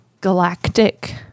galactic